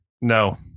no